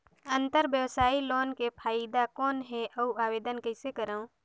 अंतरव्यवसायी लोन के फाइदा कौन हे? अउ आवेदन कइसे करव?